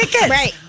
Right